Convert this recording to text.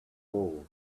hole